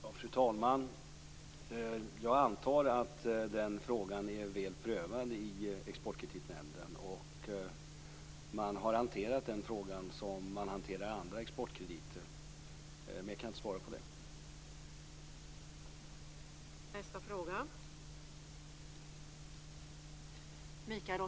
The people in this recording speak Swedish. Fru talman! Jag antar att den frågan är väl prövad i Exportkreditnämnden, och att man har hanterat den frågan som man hanterar andra exportkrediter. Mer kan jag inte svara på det.